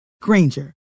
Granger